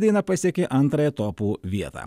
daina pasiekė antrąją topų vietą